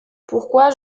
pourquoi